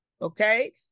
Okay